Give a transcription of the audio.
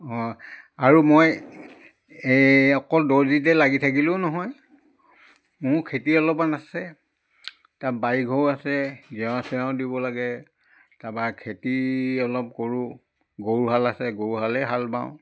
অঁ আৰু মই এই অকল দৰ্জীতে লাগি থাকিলেও নহয় মোৰ খেতি অলপমান আছে তাৰ বাৰী ঘৰো আছে জেওঁৰা চেওৰাও দিব লাগে তাপা খেতি অলপ কৰোঁ গৰুহাল আছে গৰুহালেই হাল বাওঁ